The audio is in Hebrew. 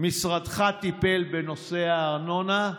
משרדך טיפל בנושא הארנונה.